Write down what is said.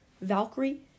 Valkyrie